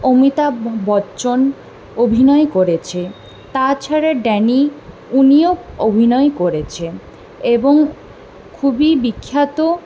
অমিতাভ বচ্চন অভিনয় করেছে তাছাড়া ড্যানি উনিও অভিনয় করেছে এবং খুবই বিখ্যাত